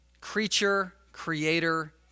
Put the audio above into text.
creature-creator